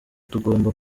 tugomba